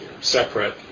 separate